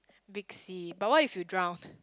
big sea but what if you drown